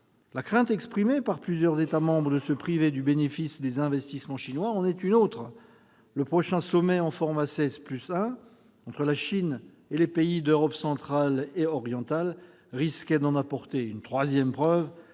La crainte exprimée par plusieurs États membres de se priver du bénéfice des investissements chinois en est une autre. Le prochain sommet en format « 16+1 », entre la Chine et les pays d'Europe centrale et orientale, risquait d'en apporter une troisième preuve